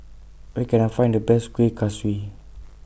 Where Can I Find The Best Kueh Kaswi